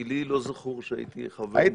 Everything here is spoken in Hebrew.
כי לא זכור לי שהייתי חבר בממשלה.